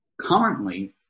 currently